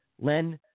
Len